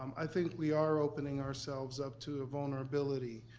um i think we are opening ourselves up to a vulnerability.